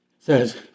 says